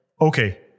okay